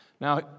Now